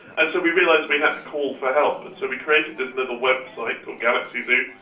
and so we realised we had to call for help, and so we created this little website called galaxy zoo,